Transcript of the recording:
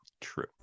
True